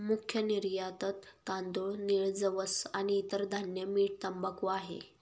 मुख्य निर्यातत तांदूळ, नीळ, जवस आणि इतर धान्य, मीठ, तंबाखू आहे